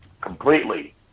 completely